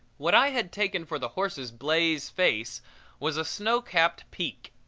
what i had taken for the horse's blaze face was a snow-capped peak.